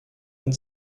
and